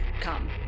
come